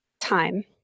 time